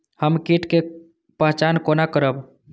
हम कीट के पहचान कोना करब?